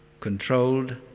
controlled